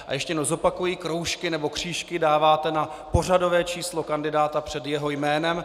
A ještě jednou zopakuji: Kroužky nebo křížky dáváte na pořadové číslo kandidáta před jeho jménem.